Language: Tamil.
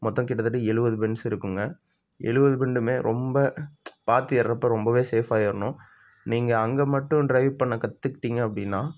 மொத்தம் கிட்டத்தட்ட எழுவது பெண்ட்ஸ் இருக்குங்க எழுவது பெண்டுமே ரொம்ப பார்த்து ஏர்றப்போது ரொம்பவே சேஃபாக ஏறணும் நீங்கள் அங்கே மட்டும் ட்ரைவ் பண்ண கற்றுக்கிட்டிங்க அப்படின்னா